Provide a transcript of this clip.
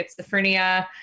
schizophrenia